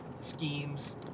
schemes